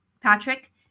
Patrick